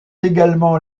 également